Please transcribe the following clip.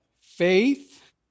Faith